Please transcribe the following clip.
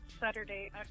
Saturday